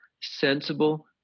sensible